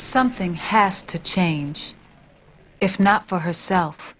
something has to change if not for herself